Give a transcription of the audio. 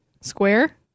square